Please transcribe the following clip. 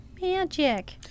Magic